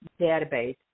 database